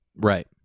right